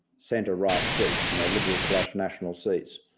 centre right seats, you know, liberal slash national seats,